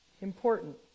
important